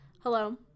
Hello